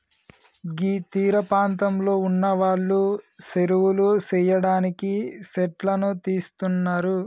గీ తీరపాంతంలో ఉన్నవాళ్లు సెరువులు సెయ్యడానికి సెట్లను తీస్తున్నరు